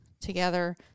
together